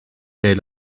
elle